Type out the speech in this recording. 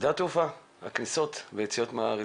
שדה התעופה, הכניסות והיציאות מהארץ.